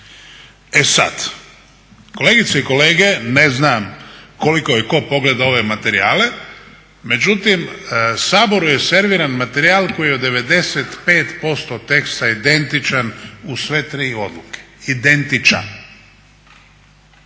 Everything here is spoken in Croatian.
E sad, kolegice i kolege, ne znam koliko je tko pogledao ove materijale, međutim Saboru je serviran materijal koji je od 95% teksta identičan u sve tri odluke. Identičan!